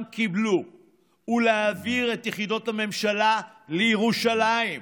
קיבלו ולהעביר את יחידות הממשלה לירושלים.